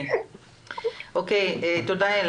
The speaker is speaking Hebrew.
תודה.